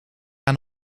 aan